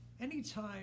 anytime